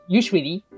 usually